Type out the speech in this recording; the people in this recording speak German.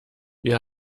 wir